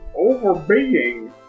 overbeing